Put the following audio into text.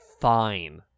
fine